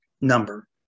number